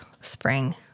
spring